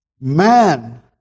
man